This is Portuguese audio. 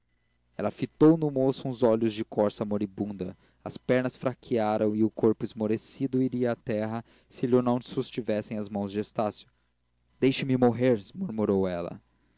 ela fitou no moço uns olhos de corça moribunda as pernas fraquearam e o corpo esmorecido iria a terra se lho não sustivessem as mãos de estácio deixe-me morrer murmurou ela